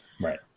Right